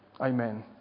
Amen